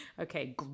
okay